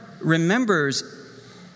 remembers